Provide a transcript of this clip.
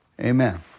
Amen